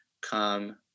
come